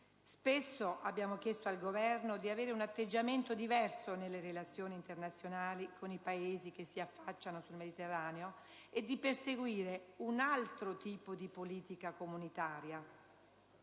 Spesso abbiamo chiesto al Governo di avere un atteggiamento diverso nelle relazioni internazionali con i Paesi che si affacciano sul Mediterraneo e di perseguire un altro tipo di politica comunitaria.